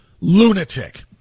lunatic